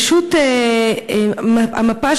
פשוט המפה,